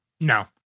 No